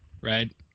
right